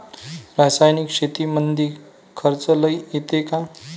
रासायनिक शेतीमंदी खर्च लई येतो का?